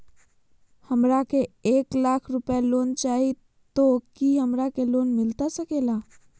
हमरा के एक लाख रुपए लोन चाही तो की हमरा के लोन मिलता सकेला?